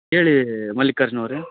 ಹೇಳೀ ಮಲ್ಲಿಕಾರ್ಜುನ ಅವರೆ